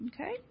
Okay